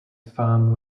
farm